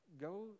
go